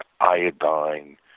iodine